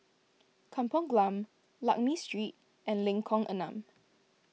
Kampong Glam Lakme Street and Lengkong Enam